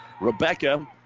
Rebecca